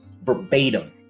verbatim